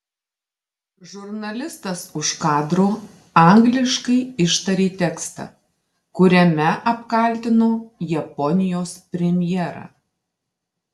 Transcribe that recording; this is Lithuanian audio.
žurnalistas už kadro angliškai ištarė tekstą kuriame apkaltino japonijos premjerą